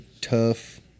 tough